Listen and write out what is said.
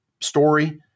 story